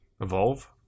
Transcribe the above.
Evolve